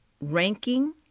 ranking